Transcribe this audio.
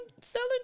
selling